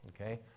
Okay